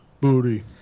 Booty